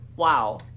wow